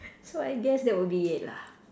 so I guess that will be it lah